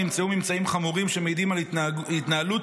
נמצאו ממצאים חמורים שמעידים על התנהלות